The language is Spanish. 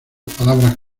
palabras